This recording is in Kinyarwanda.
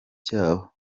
cyabo